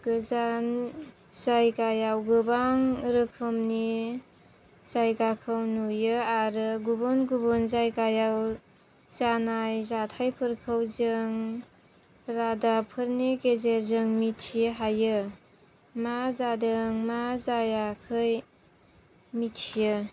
गोजान जायगायाव गोबां रोखोमनि जायगाखौ नुयो आरो गुबुन गुबुन जायगायाव जानाय जाथायफोरखौ जों रादाबफोरनि गेजेरजों मिथि हायो मा जादों मा जायाखै मिथियो